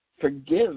forgive